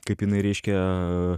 kaip jinai reiškia